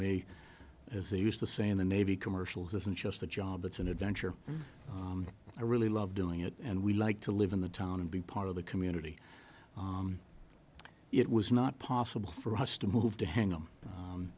me as they used to say in the navy commercials isn't just a job it's an adventure i really love doing it and we like to live in the town and be part of the community it was not possible for us to move to hang them